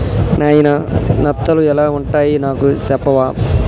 నాయిన నత్తలు ఎలా వుంటాయి నాకు సెప్పవా